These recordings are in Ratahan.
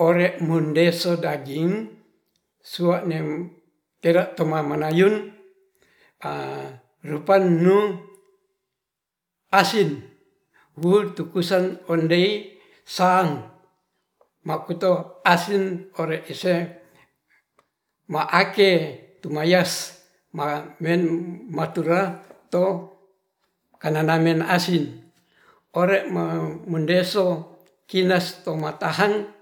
Ore mendeso daging suanem tera tomam manayem rupa' nu asin wutukusang ondi sang makuto asin ore ise ma'ake tumayas ma menmatura to kananamen asin ore me-medeso kinas tomatahang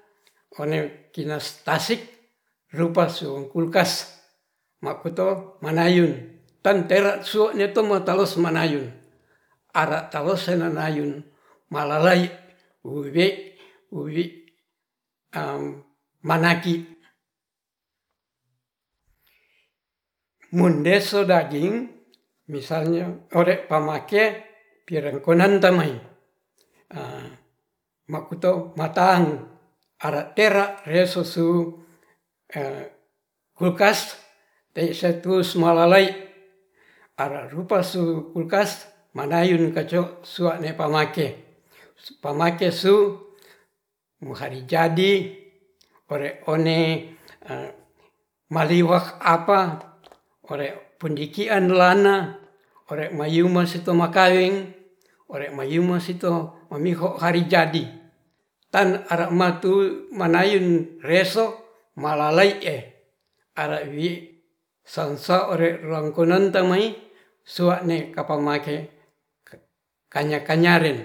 one kinas tasik rupa so kulkas makuto manayun tantere su neto matalos manayun ara talosenanayun malalai wowi-wowi manaki mendeso daging misalnya ore pamake pirenkonnan tamai makutou matahang are perra resusu kulkas tesetus malalayi arerupan so kulkas manayun kacok sua ne' pamake, pamake suu mo hari jadi ore one maliak apa ore pendiki'an lana ore mayuma sitoma kaweng ore mayuma sito mamiho hari jadi tan are matu manayun reso malalai ee are wii sa'sa rangkonan tamai suane kapamake kanya-kanya ren